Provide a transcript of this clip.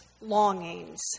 longings